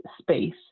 space